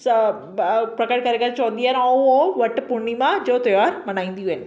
सभु प्रकट करे करे चवंदियूं आहिनि ऐं उ वट पुर्णिमा जो तियोहारु मल्हाईंदियूं आहिनि